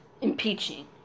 impeaching